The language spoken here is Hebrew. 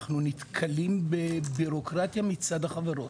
אנחנו נתקלים בבירוקרטיה מצד החברות,